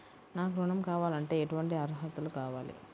నాకు ఋణం కావాలంటే ఏటువంటి అర్హతలు కావాలి?